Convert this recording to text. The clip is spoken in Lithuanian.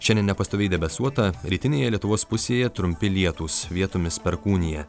šiandien nepastoviai debesuota rytinėje lietuvos pusėje trumpi lietūs vietomis perkūnija